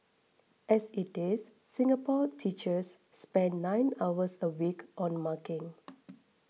as it is Singapore teachers spend nine hours a week on marking